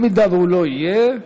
אם הוא לא יהיה,